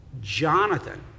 Jonathan